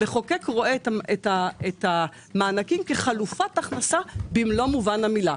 המחוקק רואה את המענקים כחלופת הכנסה במלוא מובן המילה.